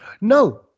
No